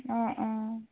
অঁ অঁ